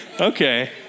Okay